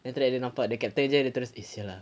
then after that dia nampak the captain dia terus eh sia lah